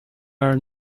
are